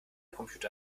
computer